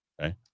Okay